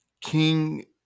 King